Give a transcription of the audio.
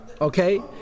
okay